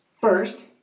First